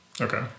Okay